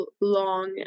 long